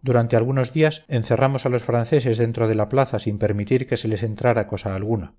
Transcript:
durante algunos días encerramos a los franceses dentro de la plaza sin permitir que les entrara cosa alguna